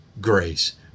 grace